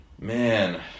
Man